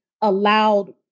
allowed